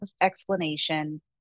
explanation